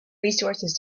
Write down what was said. resources